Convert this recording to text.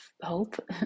hope